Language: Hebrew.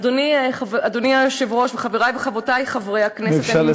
אדוני היושב-ראש וחברי וחברותי חברי הכנסת -- אם אפשר לסכם.